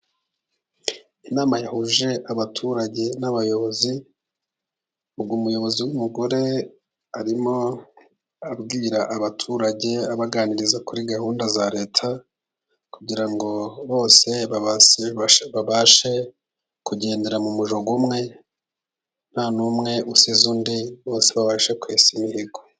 Inama yahuje abaturage n'abayobozi, ubwo umuyobozi w'umugore arimo abwira abaturage, abaganiriza kuri gahunda za leta, kugira ngo bose babashe kugendera mu murongo umwe, nta n'umwe usize undi, bose babashe kwesa imihigo.